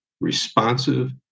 responsive